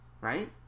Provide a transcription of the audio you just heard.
right